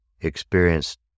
experienced